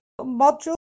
module